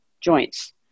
joints